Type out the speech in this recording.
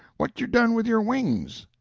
what you done with your wings?